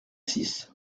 six